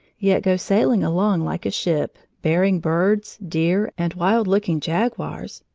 yet go sailing along like a ship, bearing birds, deer, and wild looking jaguars,